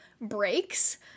breaks